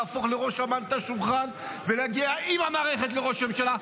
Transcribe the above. להפוך לראש אמ"ן את השולחן ולהגיע עם המערכת לראש הממשלה,